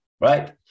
right